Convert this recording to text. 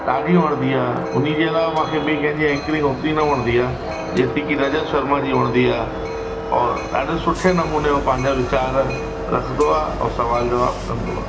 ॾाढी वणंदी आहे उन जे लाइ मूंखे ॿिए कंहिंजी एंकरिंग ओतिरी न वणंदी आहे जेतिरी की रजत शर्मा जी वणंदी आहे और ॾाढे सुठे नमूने हू पंहिंजा वीचार रखंदो आहे ऐं सवाल जवाब कंदो आहे